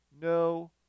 no